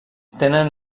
tenen